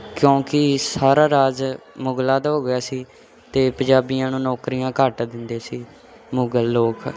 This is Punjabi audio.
ਕਿਉਂਕਿ ਸਾਰਾ ਰਾਜ ਮੁਗਲਾਂ ਦਾ ਹੋ ਗਿਆ ਸੀ ਅਤੇ ਪੰਜਾਬੀਆਂ ਨੂੰ ਨੌਕਰੀਆਂ ਘੱਟ ਦਿੰਦੇ ਸੀ ਮੁਗਲ ਲੋਕ